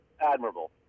admirable